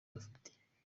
bifitiye